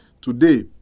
Today